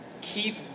Keep